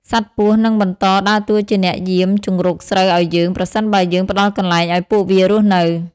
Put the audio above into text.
សត្វពស់នឹងបន្តដើរតួជាអ្នកយាមជង្រុកស្រូវឱ្យយើង ប្រសិនបើយើងផ្តល់កន្លែងឱ្យពួកវារស់នៅ។